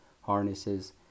harnesses